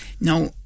now